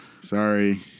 Sorry